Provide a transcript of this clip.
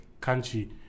country